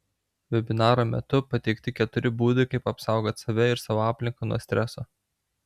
vebinaro metu pateikti keturi būdai kaip apsaugot save ir savo aplinką nuo streso